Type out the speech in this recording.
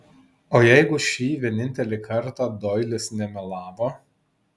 o jeigu šį vienintelį kartą doilis nemelavo